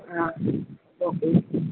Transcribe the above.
હા ઓકે